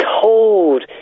cold